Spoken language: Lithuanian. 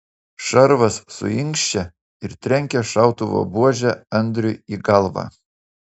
šarvas suinkščia ir trenkia šautuvo buože andriui į galvą